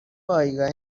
پایگاه